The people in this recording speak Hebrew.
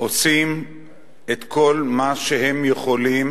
עושים את כל מה שהם יכולים